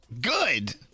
Good